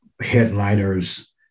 headliners